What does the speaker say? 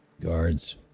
Guards